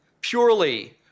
Purely